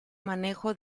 manejo